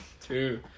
two